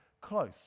close